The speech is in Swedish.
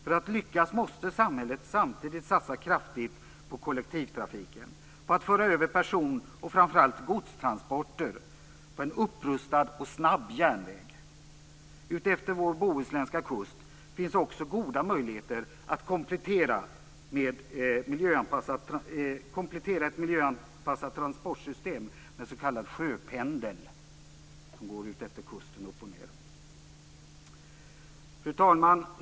För att lyckas måste samhället samtidigt satsa kraftigt på kollektivtrafik, på att föra över person och framför allt godstransporter på en upprustad och snabb järnväg. Utefter vår bohuslänska kust finns också goda möjligheter att komplettera ett miljöanpassat transportsystem med s.k. sjöpendel som går upp och ned utefter kusten. Fru talman!